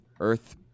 earth